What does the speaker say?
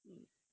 um